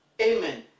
Amen